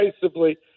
decisively